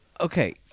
okay